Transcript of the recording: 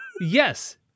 yes